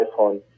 iPhone